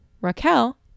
raquel